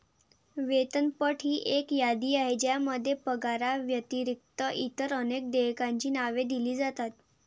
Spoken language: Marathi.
वेतनपट ही एक यादी आहे ज्यामध्ये पगाराव्यतिरिक्त इतर अनेक देयकांची नावे दिली जातात